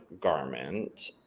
garment